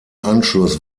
anschluss